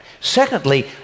Secondly